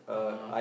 (uh huh)